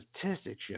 statistics